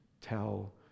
tell